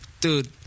dude